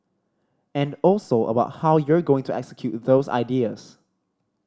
and also about how you're going to execute those ideas